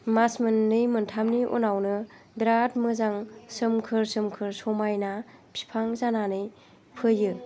मास मोननै मोन्थामनि उनावनो बिराद मोजां सोमखोर सोमखोर समायना बिफां जानानै फैयो